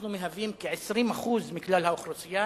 אנחנו מהווים כ-20% מכלל האוכלוסייה